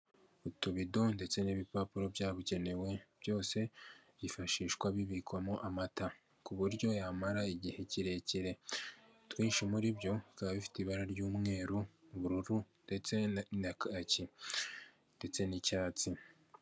Utubido ndetse n'ibipapuro byabugenewe byose byifashishwa bibikwamo amata ku buryo yamara igihe kirekire, twinshi muri byo bikaba bifite ibara ry'umweru, ubururu ndetse na kaki ndetse n'icyatsi.